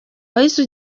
wahise